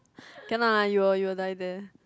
can lah you will will die there